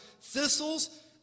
thistles